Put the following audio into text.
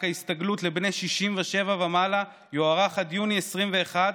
ההסתגלות לבני 67 ומעלה יוארך עד יוני 2021,